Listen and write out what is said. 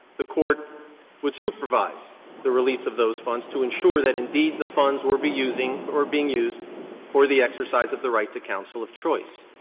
the court would supervise the release of those funds to ensure that indeed the funds were be using were being used for the exercise of the right to counsel of choice.